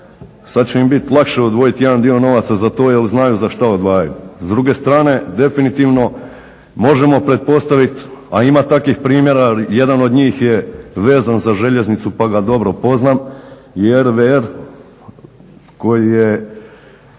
sad će im biti lakše odvojiti jedan dio novaca za to jer znaju za što odvajaju. S druge strane definitivno možemo pretpostaviti, a ima takvih primjera, jedan od njih je vezan za željeznicu pa ga dobro poznam …/Govornik se